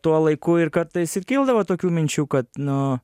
tuo laiku ir kartais ir kildavo tokių minčių kad nu